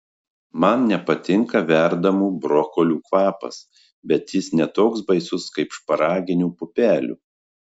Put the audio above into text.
man nepatinka verdamų brokolių kvapas bet jis ne toks baisus kaip šparaginių pupelių